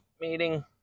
meeting